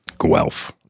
Guelph